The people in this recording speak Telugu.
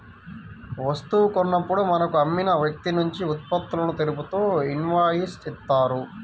వస్తువు కొన్నప్పుడు మనకు అమ్మిన వ్యక్తినుంచి ఉత్పత్తులను తెలుపుతూ ఇన్వాయిస్ ఇత్తారు